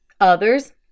others